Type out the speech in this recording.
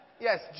Yes